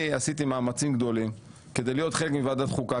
אני עשיתי מאמצים גדולים כדי להיות חלק מוועדת החוקה,